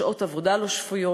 שעות עבודה לא שפויות,